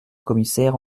commissaire